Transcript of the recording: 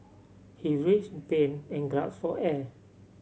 he writhed in pain and gasped for air